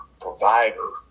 provider